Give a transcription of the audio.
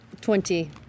Twenty